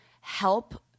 help